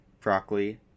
broccoli